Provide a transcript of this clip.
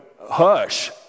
hush